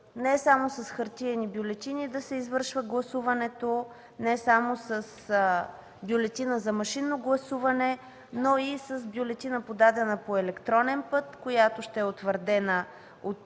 не само с хартиени бюлетини, не само с бюлетина за машинно гласуване, но и с бюлетина, подадена по електронен път, която ще е утвърдена от